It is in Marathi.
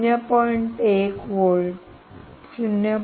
1 व्होल्ट 0